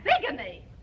bigamy